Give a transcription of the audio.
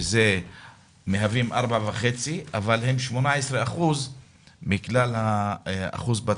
שמהווים 4.5% מכלל האוכלוסייה,